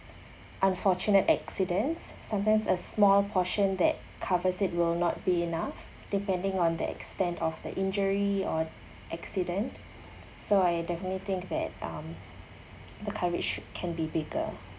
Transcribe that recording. unfortunate accidents sometimes a small portion that covers it will not be enough depending on the extent of the injury or accident so I definitely think that um the coverage can be bigger